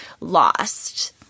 lost